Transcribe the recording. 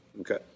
Okay